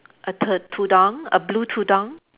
a tud~ tudung a blue tudung